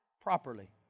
Properly